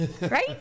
right